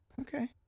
Okay